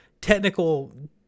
technical